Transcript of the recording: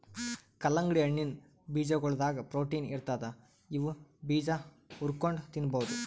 ಕಲ್ಲಂಗಡಿ ಹಣ್ಣಿನ್ ಬೀಜಾಗೋಳದಾಗ ಪ್ರೊಟೀನ್ ಇರ್ತದ್ ಇವ್ ಬೀಜಾ ಹುರ್ಕೊಂಡ್ ತಿನ್ಬಹುದ್